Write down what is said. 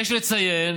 יש לציין